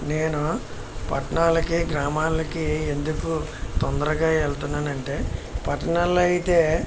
నేను పట్టణాలకి గ్రామాలకి ఎందుకు తొందరగా వెళుతున్నాను అంటే పట్టణాలలో అయితే